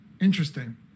Interesting